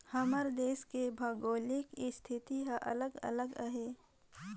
हमर देस के भउगोलिक इस्थिति हर अलगे अलगे अहे